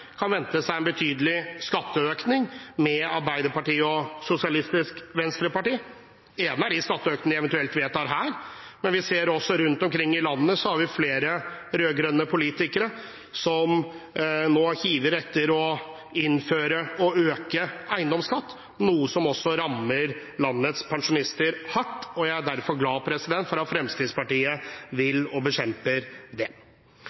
kan vente seg en betydelig skatteøkning med Arbeiderpartiet og Sosialistisk Venstreparti. Det ene er de skatteøkningene vi eventuelt vedtar her, men vi ser også rundt omkring i landet flere rød-grønne politikere som nå higer etter å innføre og øke eiendomsskatt, noe som også rammer landets pensjonister hardt. Jeg er derfor glad for at Fremskrittspartiet vil bekjempe det.